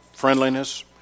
friendliness